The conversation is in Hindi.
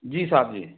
जी साब जी